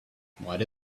why